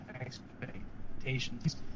expectations